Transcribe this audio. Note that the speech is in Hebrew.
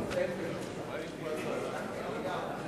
תודה.